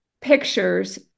pictures